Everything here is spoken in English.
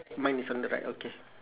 mine is on the right okay